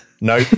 No